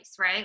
right